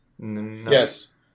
Yes